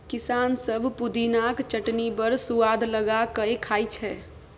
किसान सब पुदिनाक चटनी बड़ सुआद लगा कए खाइ छै